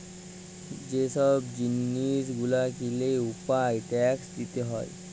যে ছব জিলিস গুলা কিলে উয়ার ট্যাকস দিতে হ্যয়